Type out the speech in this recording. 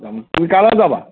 তুমি কাৰ লগত যাবা